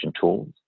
tools